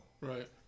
right